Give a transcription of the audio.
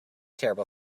terrible